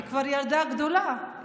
היא כבר ילדה גדולה,